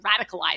radicalize